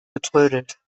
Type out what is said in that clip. getrödelt